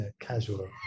casual